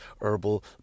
herbal